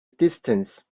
distance